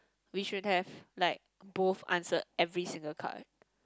we should have like both answered every single card